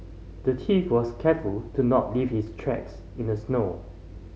the thief was careful to not leave his tracks in the snow